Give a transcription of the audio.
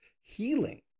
healing